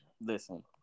Listen